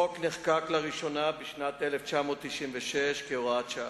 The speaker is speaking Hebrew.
החוק נחקק לראשונה בשנת 1996 כהוראת שעה,